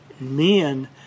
men